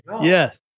Yes